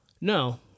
No